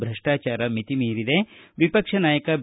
ಭ್ರಷ್ಟಾಚಾರ ಮಿತಿಮೀರಿದೆ ವಿಪಕ್ಷ ನಾಯಕ ಬಿ